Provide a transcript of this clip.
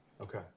Okay